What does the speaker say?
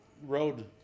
Road